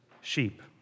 sheep